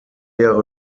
jahre